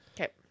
Okay